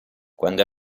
quando